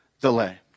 delay